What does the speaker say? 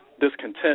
discontent